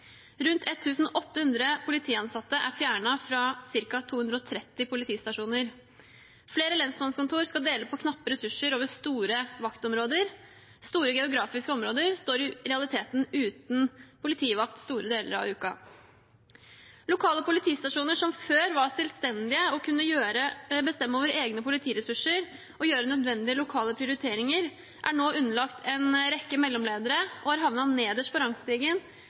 Rundt 1 800 politiansatte er fjernet fra ca. 230 politistasjoner. Flere lensmannskontor skal dele på knappe ressurser over store vaktområder. Store geografiske områder står i realiteten uten politivakt store deler av uken. Lokale politistasjoner som før var selvstendige og kunne bestemme over egne politiressurser og gjøre nødvendige lokale prioriteringer, er nå underlagt en rekke mellomledere og har